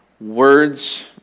words